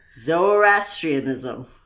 Zoroastrianism